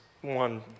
one